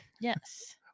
yes